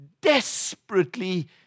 desperately